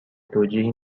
توجیهی